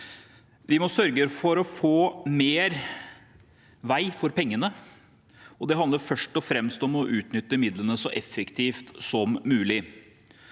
Vi må sørge for å få mer vei for pengene. Det handler først og fremst om å utnytte midlene så effektivt som mulig.